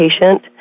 patient